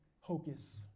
hocus